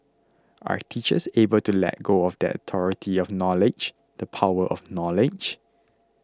are teachers able to let go of that authority of knowledge the power of knowledge